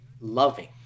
loving